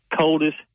coldest